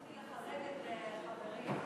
רציתי לחזק את חברי,